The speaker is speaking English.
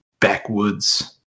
backwoods